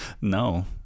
No